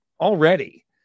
already